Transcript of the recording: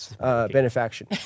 benefaction